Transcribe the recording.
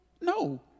no